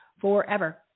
forever